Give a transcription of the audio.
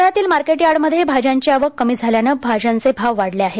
पुण्यातील मार्केट यार्डमध्ये भाज्यांची आवक कमी झाल्यानं भाज्यांचे भाव वाढले आहेत